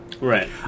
Right